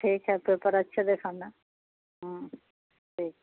ٹھیک ہے پیپر اچھے دیکھانا ٹھیک ہے